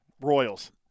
Royals